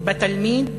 בתלמיד